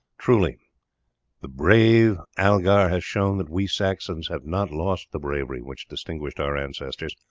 truly the brave algar has shown that we saxons have not lost the bravery which distinguished our ancestors,